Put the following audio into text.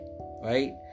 right